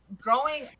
growing